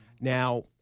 now